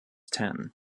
ten